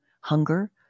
hunger